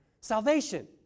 salvation